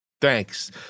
Thanks